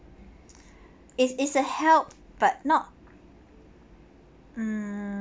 is is a help but not mm